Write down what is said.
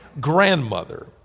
grandmother